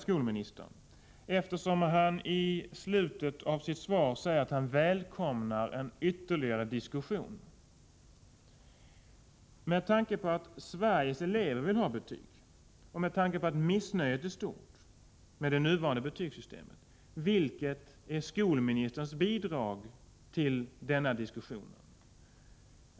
Skolministern säger i slutet av sitt svar att han välkomnar en ytterligare diskussion. Med tanke på att Sveriges elever vill ha betyg och är missnöjda med det nuvarande betygssystemet skulle jag vilja fråga: Vilket är skolministerns bidrag till denna diskussion?